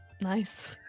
Nice